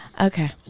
Okay